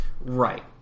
Right